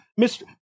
Mr